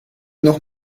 noch